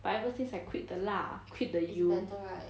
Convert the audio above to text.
but ever since I quit the 辣 quit the 油